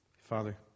Father